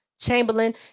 Chamberlain